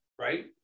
right